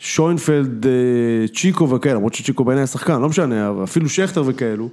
שוינפלד, צ'יקו וכאלה, למרות שצ'יקו בעיניי השחקן, לא משנה, אפילו שכטר וכאלו.